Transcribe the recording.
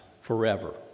forever